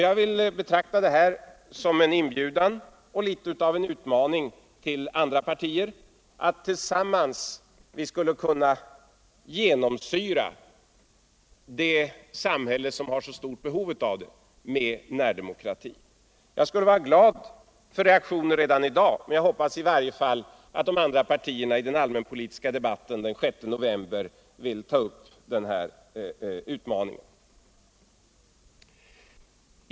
Jag vill betrakta dem som en inbjudan och även litet av en utmaning till andra partier, att vi tillsammans skulle kunna genomsyra samhället, som har så stort behov av det, med närdemokrati. Jag skulle vara glad för reaktioner redan i dag, men jag hoppas i varje fall att de andra partierna i den allmänpolitiska debatten den 6 november vill ta upp den här utmaningen.